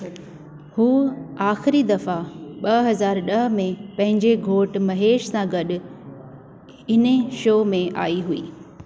हू आख़िरी दफ़ा ॿ हज़ार ॾह में पंहिंजे घोट महेश सां गॾु इन्ही शो में आई हुई